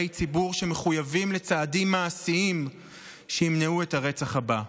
ציבור שמחויבים לצעדים מעשיים שימנעו את הרצח הבא.